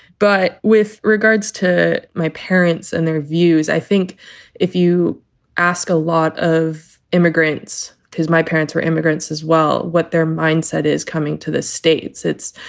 but with regards to my parents and their views, i think if you ask a lot of immigrants, because my parents were immigrants as well, what their mindset is coming to the states, it's,